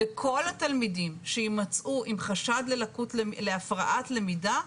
וכל התלמידים שייצאו עם חשד להפרעת למידה,